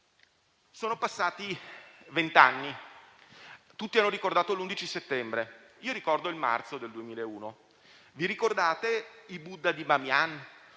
Sono passati vent'anni e tutti hanno ricordato l'11 settembre. Io ricordo il marzo 2001: vi ricordate i Buddha di Bamiyan?